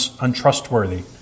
untrustworthy